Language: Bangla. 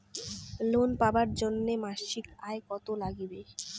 লোন পাবার জন্যে মাসিক আয় কতো লাগবে?